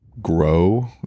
Grow